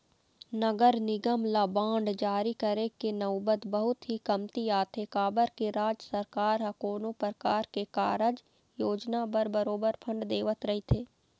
नगर निगम ल बांड जारी करे के नउबत बहुत ही कमती आथे काबर के राज सरकार ह कोनो परकार के कारज योजना बर बरोबर फंड देवत रहिथे